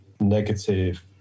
negative